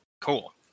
cool